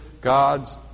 God's